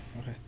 Okay